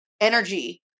energy